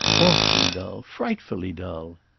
awfully dull frightfully dull.